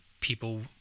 people